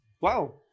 wow